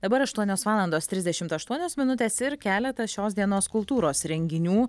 dabar aštuonios valandos trisdešim aštuonios minutės ir keletas šios dienos kultūros renginių